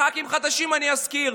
לח"כים החדשים אני אזכיר,